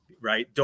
right